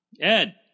Ed